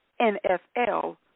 NFL